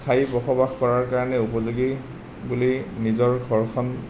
স্থায়ী বসবাস কৰাৰ কাৰণে উপযোগী বুলি নিজৰ ঘৰখন